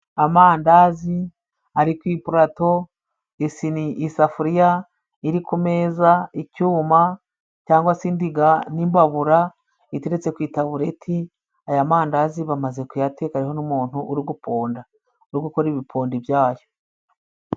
Amandazi ari ku iparato, isafuriya iri ku meza, icyuma cyangwa se indiga n'imbabura biteretse ku itabureti, aya mandazi bamaze kuyateka hariho n'umuntu uri guponda, uri gukora ibipondi byayo.